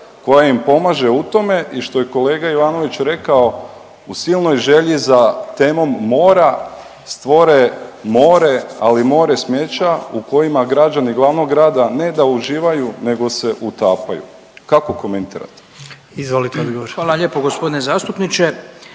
koja im pomaže u tome i što je kolega Ivanović rekao u silnoj želi za temom mora stvore more, ali more smeća u kojima građani glavnog grada ne da uživaju nego se utapaju. Kako komentirate? **Jandroković, Gordan